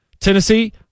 Tennessee